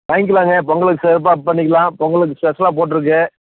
வாங்கிக்கலாம்ங்க பொங்கலுக்கு சிறப்பாக பண்ணிக்கலாம் பொங்கலுக்கு ஸ்பெஷலாக போட்டுருக்கு